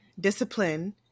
Discipline